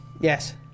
Yes